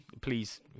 please